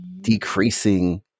decreasing